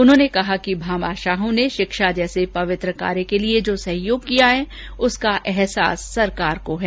उन्होंने कहा कि भामाशाहों ने शिक्षा जैसे पवित्र कार्य के लिए जो सहयोग किया है उसका एहसास सरकार को है